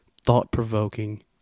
thought-provoking